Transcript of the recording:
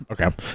okay